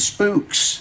Spooks